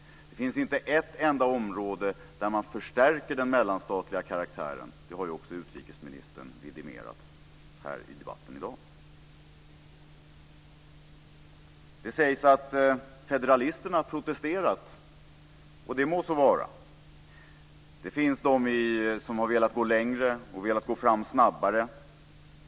Det finns inte ett enda område där man förstärker den mellanstatliga karaktären. Det har också utrikesministern vidimerat här i debatten i dag. Det sägs att federalisterna protesterat. Det må så vara. Det finns de som har velat gå längre och som velat gå fram snabbare.